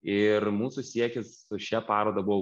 ir mūsų siekis su šia paroda buvo